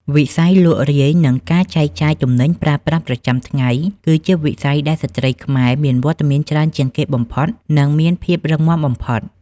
វិស័យលក់រាយ និងការចែកចាយទំនិញប្រើប្រាស់ប្រចាំថ្ងៃ គឺជាវិស័យដែលស្ត្រីខ្មែរមានវត្តមានច្រើនជាងគេបំផុត និងមានភាពរឹងមាំបំផុត។